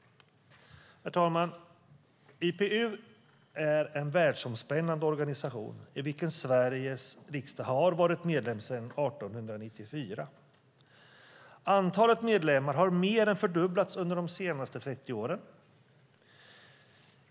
Herr talman! IPU är en världsomspännande organisation, i vilken Sveriges riksdag har varit medlem sedan 1894. Antalet medlemmar har mer än fördubblats under de senaste 30 åren.